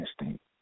instinct